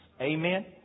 Amen